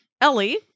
Ellie